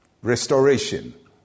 restoration